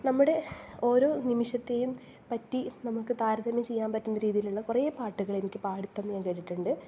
നമ്മുടെ ഓരോ നിമിഷത്തെയും പറ്റി നമുക്ക് താരതമ്യം ചെയ്യാൻ പറ്റുന്ന രീതിയിലുള്ള കുറേ പാട്ടുകൾ എനിക്ക് പാടി തന്ന് ഞാൻ കേട്ടിട്ടുണ്ട്